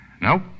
Nope